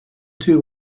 two